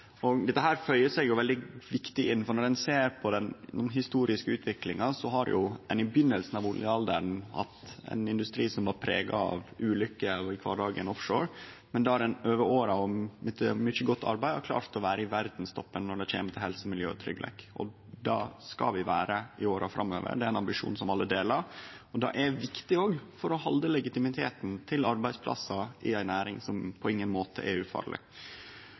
utfordringar. Dette føyer seg veldig viktig inn i den historiske utviklinga, der ein i byrjinga av oljealderen hadde ein industri som var prega av ulykker i kvardagen offshore, men der ein over åra med mykje bra arbeid har klart å vere i verdstoppen når det kjem til helse, miljø og tryggleik. Og det skal vi vere i åra framover – det er en ambisjon som alle deler. Det er viktig òg for å halde oppe legitimiteten til arbeidsplassar i ei næring som på ingen måte er ufarleg.